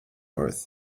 earth